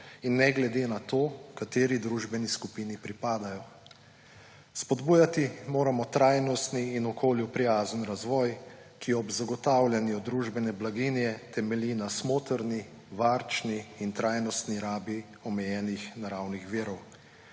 in ne glede na to, kateri družbeni skupini pripadajo. Spodbujati moramo trajnosti in okolju prijazen razvoj, ki ob zagotavljanju družbene blaginje temelji na smotrni, varčni in trajnosti rabi omejenih naravnih virov.